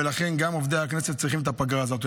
ולכן, גם עובדי הכנסת צריכים את הפגרה הזו.